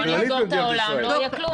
אז בוא נסגור את העולם לא יהיה כלום.